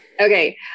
Okay